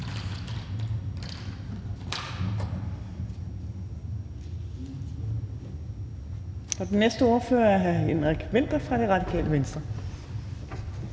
Den næste ordfører er hr. Henrik Vinther fra Det Radikale Venstre.